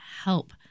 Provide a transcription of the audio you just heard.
help